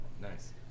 nice